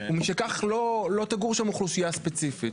ומשכך, לא תגור שם אוכלוסייה ספציפית.